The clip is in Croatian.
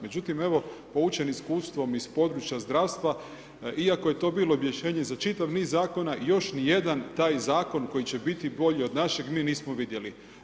Međutim evo, poučen iskustvom iz područja zdravstva iako je to bilo objašnjenje za čitav niz zakona, još nijedan taj zakon koji će biti bolji od našeg mi nismo vidjeli.